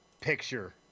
Picture